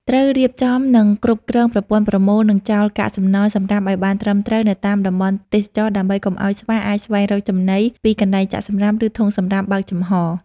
ត្រូវរៀបចំ និងគ្រប់គ្រងប្រព័ន្ធប្រមូល និងចោលកាកសំណល់ សំរាមឱ្យបានត្រឹមត្រូវនៅតាមតំបន់ទេសចរណ៍ ដើម្បីកុំឱ្យស្វាអាចស្វែងរកចំណីពីកន្លែងចាក់សំរាម ឬធុងសំរាមបើកចំហ។